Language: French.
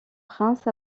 prince